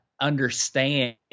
understand